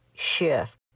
shift